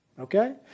Okay